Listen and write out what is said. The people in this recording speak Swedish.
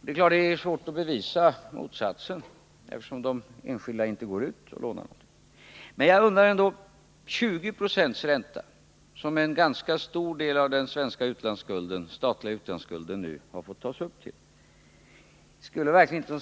Det är naturligtvis svårt att bevisa motsatsen, eftersom de enskilda inte går ut och lånar, men jag undrar ändå. En ganska stor del av den svenska statliga utlandsskulden har nu fått tas upp till 20 96 ränta.